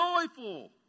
Joyful